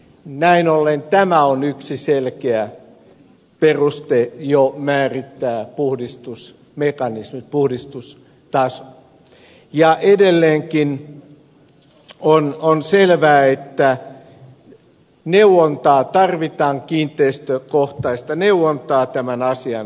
näin ollen tämä on jo yksi selkeä peruste määrittää puhdistusmekanismi puhdistustaso ja edelleenkin on selvää että tarvitaan kiinteistökohtaista neuvontaa tämän asian selvittämiseksi